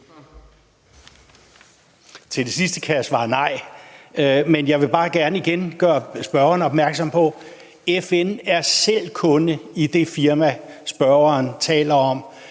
Til det sidste kan jeg svare nej. Men jeg vil bare gerne igen gøre spørgeren opmærksom på, at FN selv er kunde i det firma, spørgeren taler om.